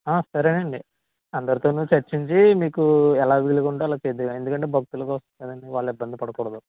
సరే అండీ అందరితోనూ చర్చించి మీకు ఎలా వీలుగా ఉంటే అలా చేద్దురు కానీ ఎందుకంటే భక్తుల కోసమే కదా అండి వాళ్ళు ఇబ్బంది పడకూడదు